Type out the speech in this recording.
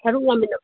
ꯁꯔꯨꯛ ꯌꯥꯃꯤꯟꯅꯕꯗꯣ